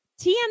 TM